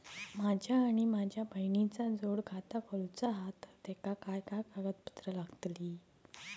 माझा आणि माझ्या बहिणीचा जोड खाता करूचा हा तर तेका काय काय कागदपत्र लागतली?